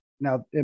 now